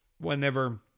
Whenever